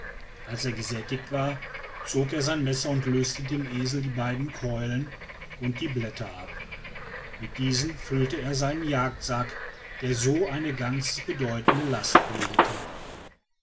als er gesättigt war zog er sein messer und löste dem esel die beiden keulen und die blätter ab mit diesen füllte er seinen jagdsack der so eine ganz bedeutende last bildete